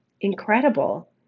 Incredible